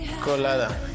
colada